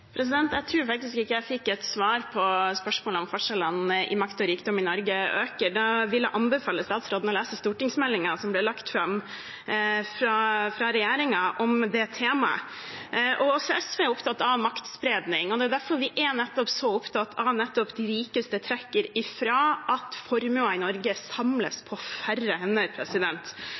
Jeg tror faktisk ikke jeg fikk et svar på spørsmålet om forskjellene i makt og rikdom i Norge øker. Da vil jeg anbefale statsråden å lese stortingsmeldingen som ble lagt fram fra regjeringen om det temaet. Også SV er opptatt av maktspredning, og det er derfor vi er så opptatt av nettopp at de rikeste trekker fra, at formuen i Norge samles på færre hender.